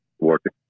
working